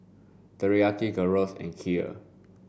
Teriyaki Gyros and Kheer